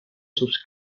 sus